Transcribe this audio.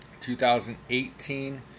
2018